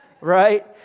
Right